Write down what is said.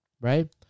right